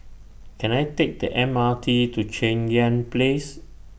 Can I Take The M R T to Cheng Yan Place